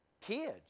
kids